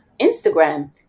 Instagram